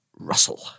Russell